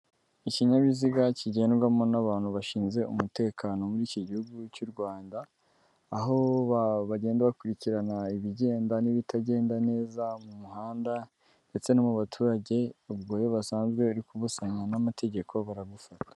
Ikinyabiziga kigendwamo n'abantu bashinzwe umutekano muri iki gihugu cy'u Rwanda, aho bagenda bakurikirana ibigenda n'ibitagenda neza mu muhanda ndetse no mu baturage, ubwo iyo basanzwe uri kubusanywa n'amategeko baragufata.